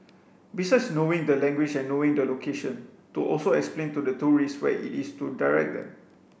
besides knowing the language and knowing the location to also explain to the tourists where it is to direct them